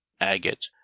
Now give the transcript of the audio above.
agate